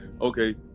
okay